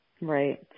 Right